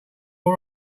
all